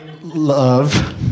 love